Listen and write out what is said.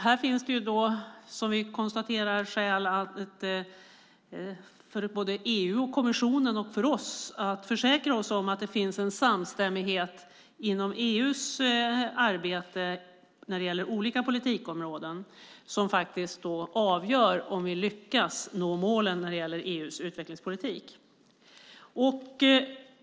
Här finns det, som vi konstaterar, skäl för både EU, kommissionen och oss att försäkra oss om att det finns en samstämmighet inom EU:s arbete när det gäller olika politikområden som faktiskt avgör om vi lyckas nå målen inom EU:s utvecklingspolitik.